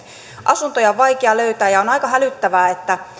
asuntoja on vaikea löytää ja on aika hälyttävää että